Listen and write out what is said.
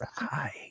Right